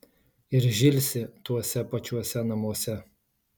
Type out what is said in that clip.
ir žilsi tuose pačiuose namuose